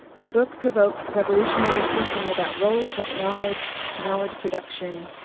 the book provokes revolutionary thinking about roles that knowledge, knowledge production,